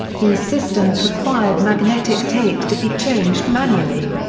these systems required magnetic tapes to be changed manually.